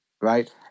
Right